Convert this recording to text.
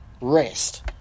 Rest